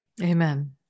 Amen